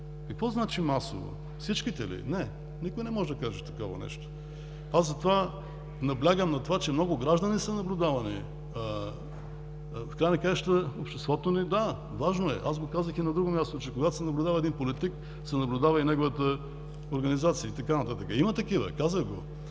Какво значи „масово“? Всичките ли? Не. Никой не може да каже такова нещо. Аз затова наблягам, че много граждани са наблюдавани. В края на краищата обществото ни – да, важно е, аз го казах и на друго място, че когато се наблюдава един политик, се наблюдава и неговата организация и така нататък. Има такива. Казах го.